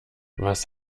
was